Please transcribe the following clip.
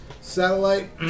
Satellite